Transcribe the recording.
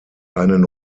einen